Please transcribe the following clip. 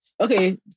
okay